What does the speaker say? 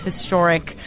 historic